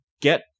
get